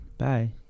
Bye